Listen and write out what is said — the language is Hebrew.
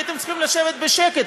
הייתם צריכים לשבת בשקט,